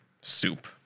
soup